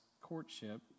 courtship